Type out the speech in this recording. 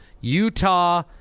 Utah